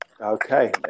Okay